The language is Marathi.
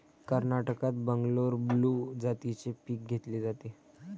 कर्नाटकात बंगलोर ब्लू जातीचे पीक घेतले जाते